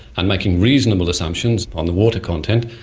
and making reasonable assumptions on the water content,